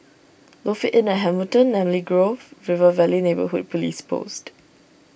Lofi Inn at Hamilton Namly Grove River Valley Neighbourhood Police Post